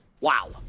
wow